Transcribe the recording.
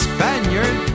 Spaniard